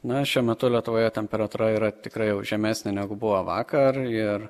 na šiuo metu lietuvoje temperatūra yra tikrai jau žemesnė negu buvo vakar ir